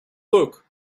book